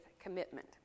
commitment